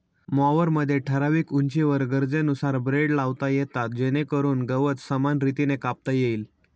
मॉवरमध्ये ठराविक उंचीवर गरजेनुसार ब्लेड लावता येतात जेणेकरून गवत समान रीतीने कापता येईल